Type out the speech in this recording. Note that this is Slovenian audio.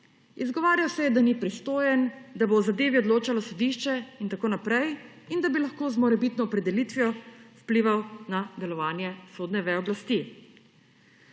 Izgovarjal se je, da ni pristojen, da bo o zadevi odločalo sodišče in tako naprej in da bi lahko z morebitno opredelitvijo vplival na delovanje sodne veje oblasti.